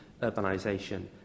urbanisation